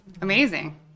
Amazing